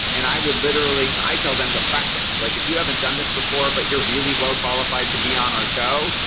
and i would literally i tell them to practice like if you haven't done this before but you're really well qualified to be on our show.